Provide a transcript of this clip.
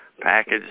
package